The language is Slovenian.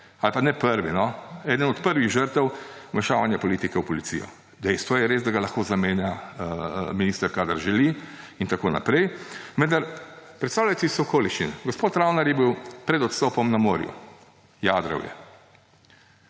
da je on pravzaprav eden od prvih žrtev vmešavanja politike v policijo. Dejstvo je res, da ga lahko zamenja minister, kadar želi, in tako naprej, vendar predstavljajte si okoliščine. Gospod Travner je bil pred odstopom na morju. Jadral je.